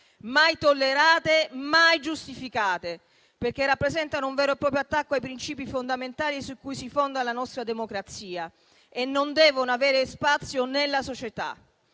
mai tollerate e mai giustificate, perché rappresentano un vero e proprio attacco ai principi fondamentali su cui si fonda la nostra democrazia, e non devono avere spazio nella società.